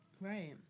Right